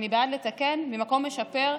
אני בעד לתקן ממקום משפר,